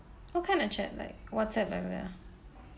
what kind of chat like whatsapp like that ah